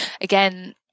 Again